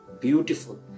Beautiful